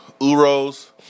Uros